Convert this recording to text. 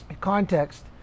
context